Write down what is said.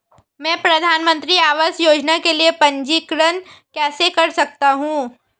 मैं प्रधानमंत्री आवास योजना के लिए पंजीकरण कैसे कर सकता हूं?